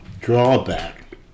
drawback